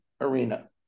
Arena